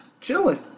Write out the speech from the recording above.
chilling